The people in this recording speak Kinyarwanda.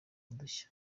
udushya